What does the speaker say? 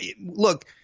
look